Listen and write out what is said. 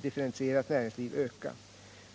differentierat näringsliv öka.